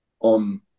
on